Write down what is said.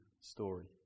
story